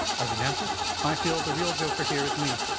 as a dennist i feel the real joker here is me.